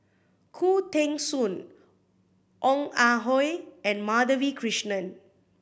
Khoo Teng Soon Ong Ah Hoi and Madhavi Krishnan